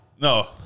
No